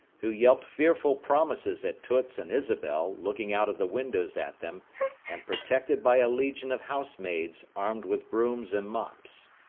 who yelped fearful promises at toots and ysabel looking out of the windows at them and protected by a legion of housemaids armed with brooms and mops.